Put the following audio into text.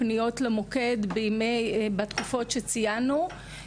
הפניות למוקד בתקופות שציינתי,